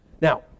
Now